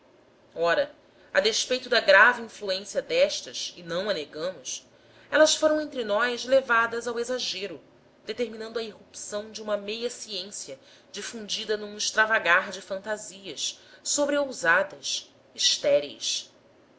ora a despeito da grave influência destas e não a negamos elas foram entre nós levadas ao exagero determinando a irrupção de uma meia ciência difundida num extravagar de fantasias sobre ousadas estéreis